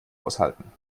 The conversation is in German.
aushalten